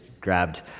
grabbed